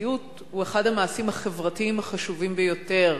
התחרותיות הוא אחד המעשים החברתיים החשובים ביותר,